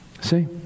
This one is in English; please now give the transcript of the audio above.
See